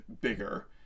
bigger